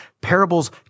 Parables